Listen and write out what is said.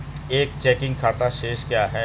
एक चेकिंग खाता शेष क्या है?